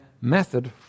method